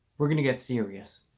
we're gonna get serious